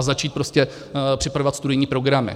A začít prostě připravovat studijní programy.